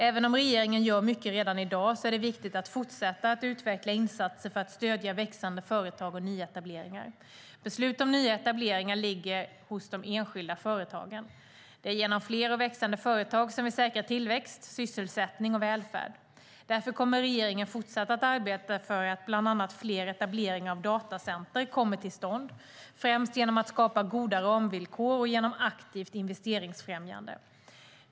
Även om regeringen gör mycket redan i dag är det viktigt att fortsätta utveckla insatser för att stödja växande företag och nyetableringar. Beslut om nya etableringar ligger hos de enskilda företagen. Det är genom fler och växande företag som vi säkrar tillväxt, sysselsättning och välfärd. Därför kommer regeringen att fortsätta att arbeta för att bland annat fler etableringar av datacenter ska komma till stånd, främst genom att skapa goda ramvillkor och genom aktivt investeringsfrämjande.